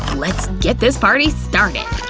let's get this party started.